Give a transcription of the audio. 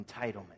entitlement